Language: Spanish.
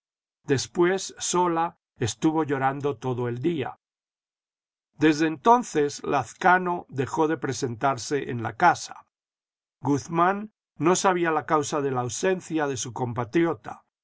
después sola estuvo llorando todo el día desde entonces lazcano dejó de presentarse en la casa guzmán no sabía la causa de la ausencia de su compatriota